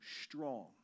strong